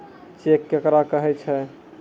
Cheque केकरा कहै छै?